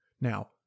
Now